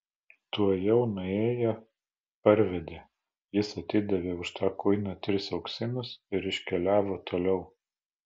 tuojau nuėję parvedė jis atidavė už tą kuiną tris auksinus ir iškeliavo toliau